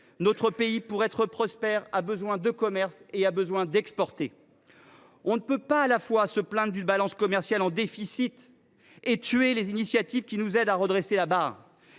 commerce. Pour être prospères, nous avons besoin de commerce et nous avons besoin d’exporter. On ne peut pas à la fois se plaindre d’une balance commerciale en déficit et tuer les initiatives qui nous aident à redresser la barre.